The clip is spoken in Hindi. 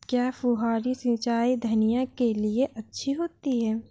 क्या फुहारी सिंचाई धनिया के लिए अच्छी होती है?